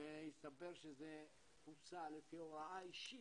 שהסתבר שזה בוצע לפי הוראה אישית,